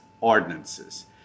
ordinances